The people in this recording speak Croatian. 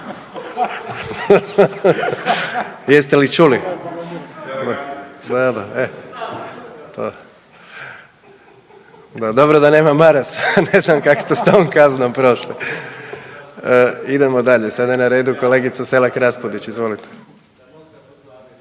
Jeste li čuli? Dobro da nema Marasa, ne znam kak ste s tom kaznom prošli? Idemo dalje, sada je na redu kolegica Selak Raspudić, izvolite.